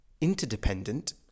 interdependent